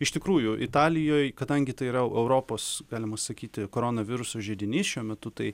iš tikrųjų italijoj kadangi tai yra europos galima sakyti krono viruso židinys šiuo metu tai